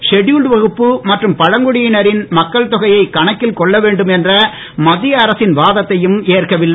scheduled வகுப்பு மற்றும் பழங்குடியினரின் மக்கள் தொகையை கணக்கில் கொள்ள வேண்டும் என்ற மத்திய அரசின் வாதத்தையும் ஏற்கவில்லை